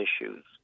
issues